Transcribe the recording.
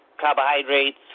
carbohydrates